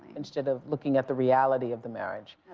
instead of looking at the reality of the marriage.